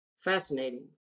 fascinating